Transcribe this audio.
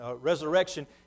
resurrection